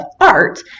art